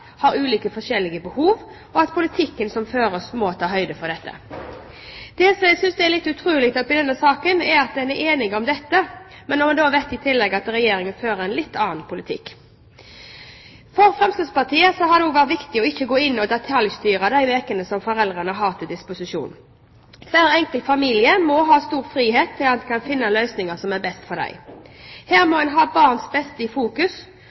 at ulike foreldre har ulike behov, og at politikken som føres, må ta høyde for dette. Det som jeg synes er litt utrolig i denne saken, er at en er enige om dette, når en da vet at Regjeringen fører en litt annen politikk. For Fremskrittspartiet har det også vært viktig ikke å gå inn og detaljstyre de ukene som foreldrene har til disposisjon. Hver enkelt familie må ha stor frihet til å finne løsninger som er best for dem. Her må en ha barns beste i fokus,